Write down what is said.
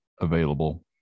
available